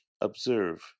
observe